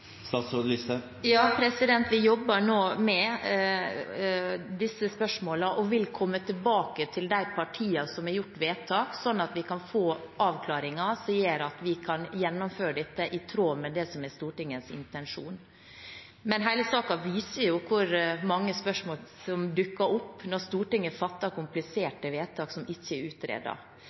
Ja, vi jobber nå med disse spørsmålene og vil komme tilbake til de partiene som har fattet vedtak, sånn at vi kan få avklaringer som gjør at vi kan gjennomføre dette i tråd med det som er Stortingets intensjon. Men hele saken viser jo hvor mange spørsmål som dukker opp når Stortinget fatter kompliserte vedtak som ikke er